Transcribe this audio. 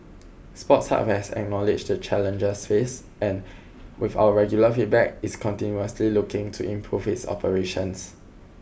Sports Hub has acknowledged the challenges faced and with our regular feedback is continuously looking to improve its operations